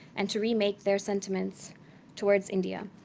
and to remake their sentiments towards india.